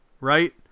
right